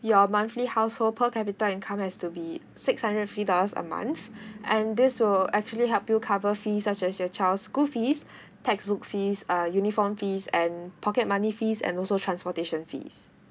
your monthly household per capita income has to be six hundred fifty dollars a month and this will actually help you cover fees such as your child's school fees textbook fees uh uniform fees and pocket money fees and also transportation fees